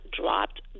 dropped